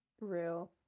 real